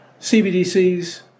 CBDCs